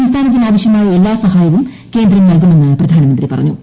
സംസ്ഥാനത്തിന് ആവശ്യമായ എല്ലാ സഹായവും കേന്ദ്രം നൽകുമെന്ന് പ്രധാനമന്ത്രി പറഞ്ഞു